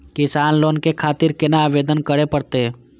किसान लोन के खातिर केना आवेदन करें परतें?